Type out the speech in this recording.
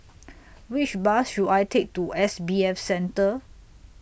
Which Bus should I Take to S B F Center